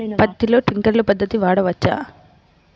పత్తిలో ట్వింక్లర్ పద్ధతి వాడవచ్చా?